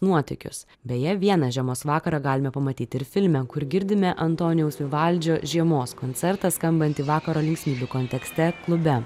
nuotykius beje vieną žiemos vakarą galime pamatyti ir filme kur girdime antonijaus vivaldžio žiemos koncertą skambantį vakaro linksmybių kontekste klube